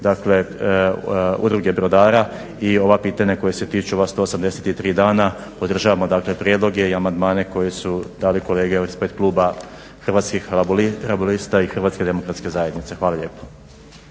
Hrvatske udruge brodara i ova pitanja koja se tiču, ova 183 dana, podržavamo dakle prijedloge i amandmane koje su dali kolege ispred kluba Hrvatskih laburista i HDZ-a. Hvala lijepo.